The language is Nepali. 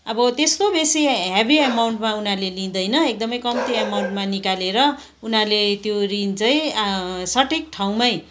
अबो त्यस्तो बेसी हेभी एमाउन्टमा उनीहरूले लिँदैन एकदमै कम्ती एमाउन्टमा निकालेर उनीहरूले त्यो ऋण चाहिँ सठीक ठाउँमै